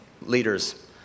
leaders